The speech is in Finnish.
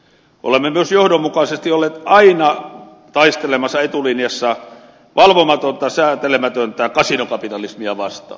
olemme myös johdonmukaisesti olleet aina taistelemassa etulinjassa valvomatonta säätelemätöntä kasinokapitalismia vastaan